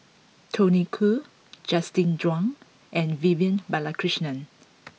Tony Khoo Justin Zhuang and Vivian Balakrishnan